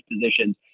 positions